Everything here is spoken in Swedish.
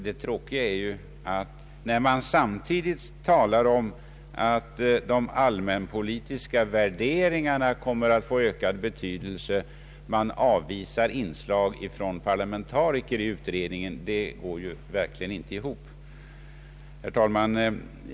Det tråkiga är att, när man samtidigt talar om att de allmänpolitiska värderingarna kommer att få ökad betydelse, man avvisar inslag från parlamentariker i utredningen. Det går verkligen inte ihop. Herr talman!